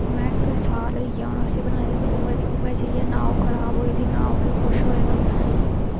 में इक साल होई गेआ उसी बनाए दे ते उ'ऐ दी उ'ऐ जेही ऐ नां ओह् खराब होई दी नां उसी किश होए दा